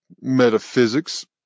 metaphysics